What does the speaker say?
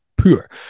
poor